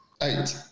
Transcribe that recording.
eight